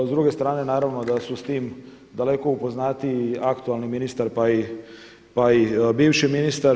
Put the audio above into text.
S druge strane naravno da su s time daleko upoznatiji aktualni ministar pa i bivši ministar.